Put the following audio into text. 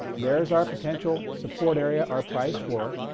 there is our potential support area, our price floor.